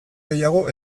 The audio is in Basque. gehiago